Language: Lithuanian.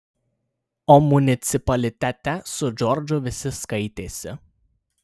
o municipalitete su džordžu visi skaitėsi